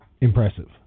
impressive